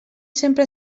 sempre